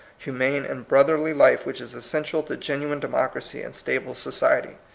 humane, and brotherly life which is essential to genuine democracy and stable society.